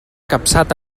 capçat